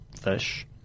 fish